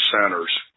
centers